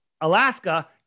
alaska